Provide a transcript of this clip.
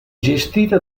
gestita